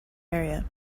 area